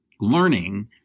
learning